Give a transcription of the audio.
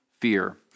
fear